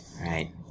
Right